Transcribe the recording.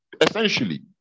essentially